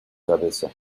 cabeza